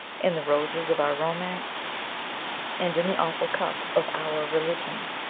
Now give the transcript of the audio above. in the roses of our romance and in the awful cup of our religion.